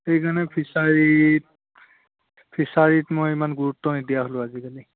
সেইকাৰণে ফিছাৰীত ফিছাৰীত মই ইমান গুৰুত্ব নিদিয়া হ'লোঁ আজিকালি